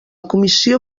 comissió